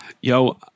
Yo